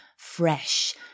Fresh